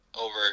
over